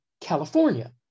California